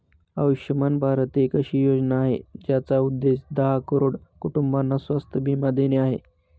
आयुष्यमान भारत एक अशी योजना आहे, ज्याचा उद्देश दहा करोड कुटुंबांना स्वास्थ्य बीमा देणे आहे